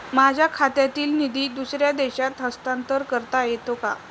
माझ्या खात्यातील निधी दुसऱ्या देशात हस्तांतर करता येते का?